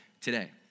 today